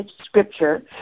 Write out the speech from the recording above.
scripture